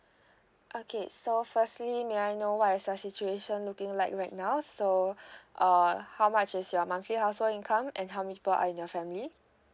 okay so firstly may I know what's a situation looking like right now so uh how much is your monthly household income and how many people are in your family